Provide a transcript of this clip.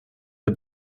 der